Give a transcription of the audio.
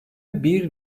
bir